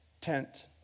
tent